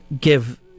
give